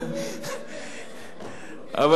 אבל,